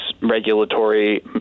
regulatory